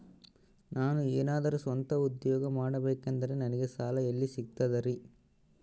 ನಾನು ಏನಾದರೂ ಸ್ವಂತ ಉದ್ಯೋಗ ಮಾಡಬೇಕಂದರೆ ನನಗ ಸಾಲ ಎಲ್ಲಿ ಸಿಗ್ತದರಿ?